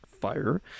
fire